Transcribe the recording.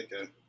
Okay